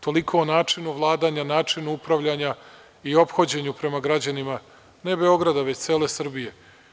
Toliko o načinu vladanja, načinu upravljanja i ophođenju prema građanima ne Beograda, već cele Srbije.